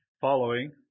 following